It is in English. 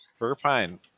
Verpine